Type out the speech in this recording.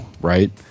right